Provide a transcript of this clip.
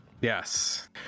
yes